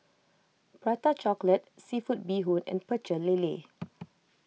Prata Chocolate Seafood Bee Hoon and Pecel Lele